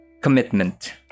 commitment